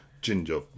ginger